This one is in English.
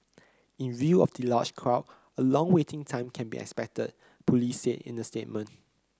in view of the large crowd a long waiting time can be expected police said in a statement